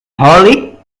hollie